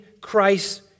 Christ